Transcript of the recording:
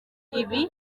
ibi